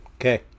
Okay